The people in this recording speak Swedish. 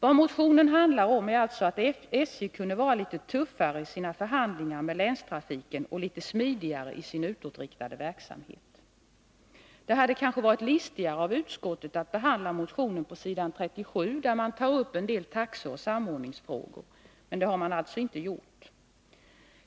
Vad motionen handlar om är alltså att SJ kunde vara litet tuffare i sina förhandlingar med länstrafiken och litet smidigare i sin utåtriktade verksamhet. Det hade kanske varit listigare av utskottet att behandla motionen på s. 37, där man tar upp en del taxeoch samordningsfrågor, men det har utskottet inte gjort.